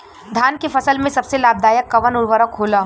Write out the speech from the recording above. धान के फसल में सबसे लाभ दायक कवन उर्वरक होला?